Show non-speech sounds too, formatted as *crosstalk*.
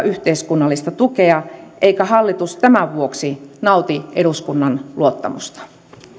*unintelligible* yhteiskunnallista tukea eikä hallitus tämän vuoksi nauti eduskunnan luottamusta